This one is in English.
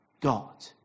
God